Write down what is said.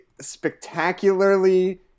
spectacularly